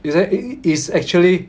is there eh is actually